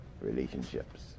relationships